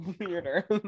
weirder